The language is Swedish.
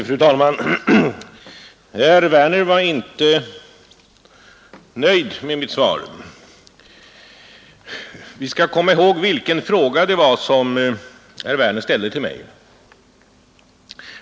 Fru talman! Herr Werner i Malmö var inte nöjd med mitt svar. Vi skall komma ihåg vilken fråga det var som herr Werner ställde till mig.